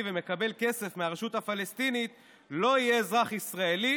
ומקבל כסף מהרשות הפלסטינית לא יהיה אזרח ישראלי.